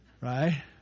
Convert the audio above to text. right